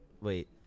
wait